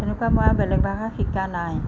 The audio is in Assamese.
তেনেকুৱা মই আৰু বেলেগ ভাষা শিকা নাই